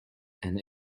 and